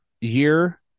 year